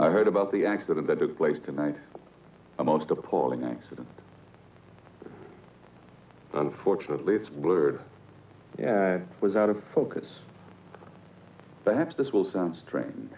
i heard about the accident that took place tonight a most appalling accident unfortunately it's blurred was out of focus perhaps this will sound strange